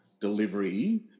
delivery